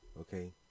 okay